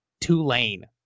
Tulane